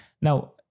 Now